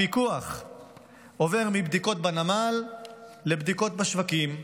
הפיקוח עובר מבדיקות בנמל לבדיקות בשווקים,